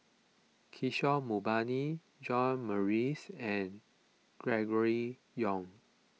Kishore Mahbubani John Morrice and Gregory Yong